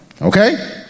okay